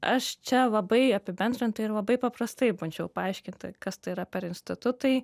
aš čia labai apibendrintai ir labai paprastai bandžiau paaiškinti kas tai yra per institutai